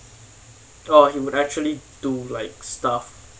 or he would actually do like stuff